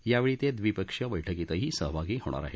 यावेळी ते द्विपक्षीय बैठकीतही सहभागी होणार आहेत